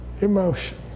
emotion